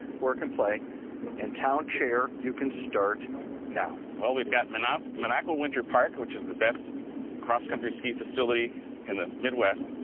work and play and town chair you can start now. well we've got minocqua minocqua winter park which is best cross country ski facility in the midwest.